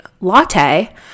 latte